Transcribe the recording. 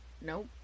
nope